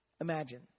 Imagine